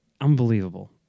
unbelievable